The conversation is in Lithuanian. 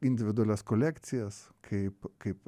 individualias kolekcijas kaip kaip